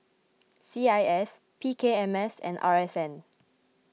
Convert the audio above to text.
C I S P K M S and R S N